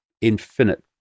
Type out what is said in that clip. infinite